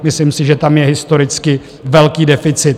Myslím si, že tam je historicky velký deficit.